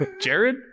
Jared